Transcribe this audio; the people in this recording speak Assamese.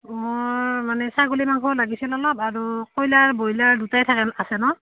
মোৰ মানে ছাগলী মাংস লাগিছিল অলপ আৰু কইলাৰ ব্ৰইলাৰ দুটাই থাকে আছে ন